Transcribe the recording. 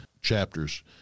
chapters